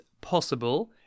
possible